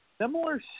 similar